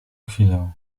chwilę